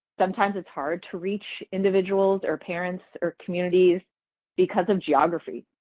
sometimes it's hard to reach individuals or parents or communities because of geography.